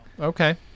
Okay